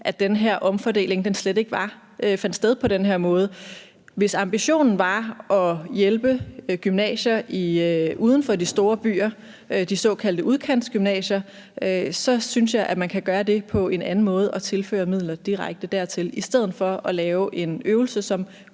at den her omfordeling slet ikke fandt sted på den her måde. Hvis ambitionen er at hjælpe gymnasier uden for de store byer, de såkaldte udkantsgymnasier, synes jeg, at man kan gøre det på en anden måde og tilføre midlerne direkte dertil i stedet for at lave en øvelse, som